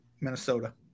Minnesota